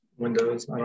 Windows